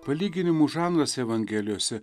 palyginimų žanras evangelijose